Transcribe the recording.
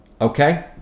Okay